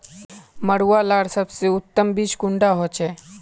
मरुआ लार सबसे उत्तम बीज कुंडा होचए?